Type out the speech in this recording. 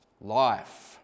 life